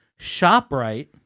ShopRite